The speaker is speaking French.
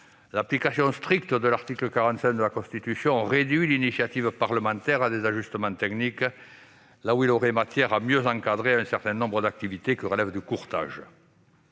L'application stricte de l'article 45 de la Constitution réduit l'initiative parlementaire à des ajustements techniques, là où il y aurait matière à mieux encadrer un certain nombre d'activités qui relèvent du courtage.